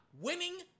winning